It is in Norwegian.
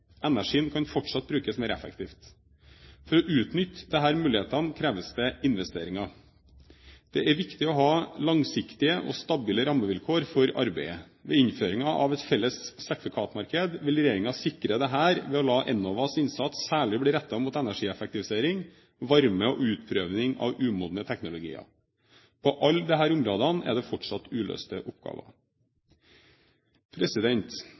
Energien kan fortsatt brukes mer effektivt. For å utnytte disse mulighetene kreves det investeringer. Det er viktig å ha langsiktige og stabile rammevilkår for arbeidet. Ved innføringen av et felles sertifikatmarked vil regjeringen sikre dette ved å la Enovas innsats særlig bli rettet mot energieffektivisering, varme og utprøving av umodne teknologier. På alle disse områdene er det fortsatt uløste